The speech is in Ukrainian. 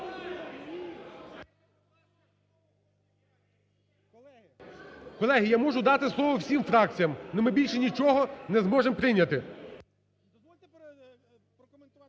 Колеги, я можу дати слово всім фракціям, но ми більше нічого не зможемо прийняти.